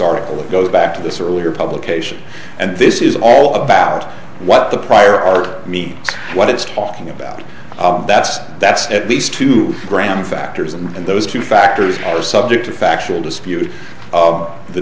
article it goes back to this earlier publication and this is all about what the prior art means what it's talking about that's that's at least two gram factors and those two factors are subject to factual dispute